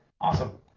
Awesome